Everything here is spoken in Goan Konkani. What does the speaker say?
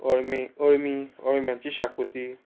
अळमी अळमी अळम्यांची शाकुती